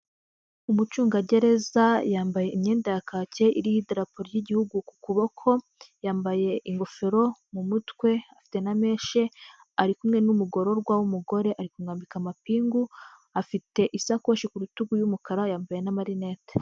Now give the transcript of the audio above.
Umucungagereza yambaye imyenda ya kake iriho irapo ry'igihugu ku kuboko, yambaye ingofero mu mutwe, afite na menshi ari kumwe n'umugororwa w'umugore, ari kumwambika amapingu, afite isakoshi ku rutugu y'umukara, yambaye n'amarinete.